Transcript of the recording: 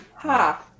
Ha